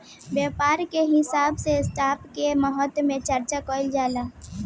व्यापार के हिसाब से स्टॉप के महत्व के बारे में चार्चा कईल जाला